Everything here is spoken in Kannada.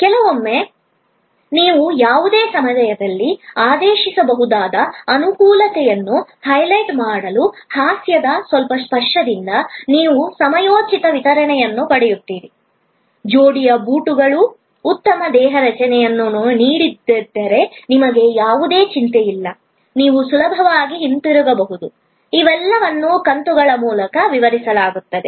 ಕೆಲವೊಮ್ಮೆ ನೀವು ಯಾವುದೇ ಸಮಯದಲ್ಲಿ ಆದೇಶಿಸಬಹುದಾದ ಅನುಕೂಲತೆಯನ್ನು ಹೈಲೈಟ್ ಮಾಡಲು ಹಾಸ್ಯದ ಸ್ವಲ್ಪ ಸ್ಪರ್ಶದಿಂದ ನೀವು ಸಮಯೋಚಿತ ವಿತರಣೆಯನ್ನು ಪಡೆಯುತ್ತೀರಿ ಜೋಡಿಯ ಬೂಟುಗಳು ಉತ್ತಮ ದೇಹರಚನೆಯನ್ನು ನೀಡದಿದ್ದರೆ ನಿಮಗೆ ಯಾವುದೇ ಚಿಂತೆ ಇಲ್ಲ ನೀವು ಸುಲಭವಾಗಿ ಹಿಂತಿರುಗಬಹುದು ಇವೆಲ್ಲವನ್ನೂ ಕಂತುಗಳ ಮೂಲಕ ವಿವರಿಸಲಾಗಿದೆ